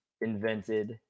Invented